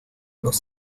los